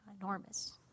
enormous